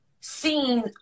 seeing